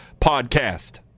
podcast